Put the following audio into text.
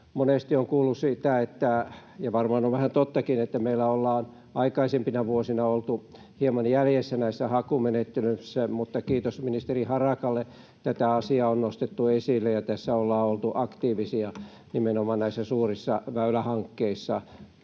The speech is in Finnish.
on vähän tottakin — että meillä ollaan aikaisempina vuosina oltu hieman jäljessä näissä hakumenettelyissä, mutta kiitos ministeri Harakalle siitä, että tätä asiaa on nostettu esille ja tässä ollaan oltu aktiivisia ja nimenomaan näissä suurissa väylähankkeissa